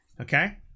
Okay